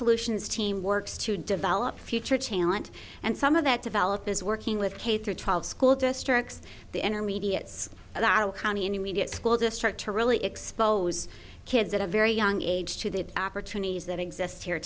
solutions team works to develop future challenge and some of that develop is working with k through twelve school districts the intermediates and immediate school district to really expose kids at a very young age to the opportunities that exist here